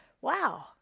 Wow